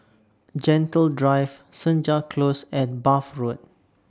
Gentle Drive Senja Close and Bath Road